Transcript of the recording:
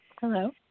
Hello